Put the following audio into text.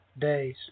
days